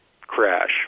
crash